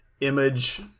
image